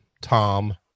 Tom